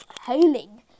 hailing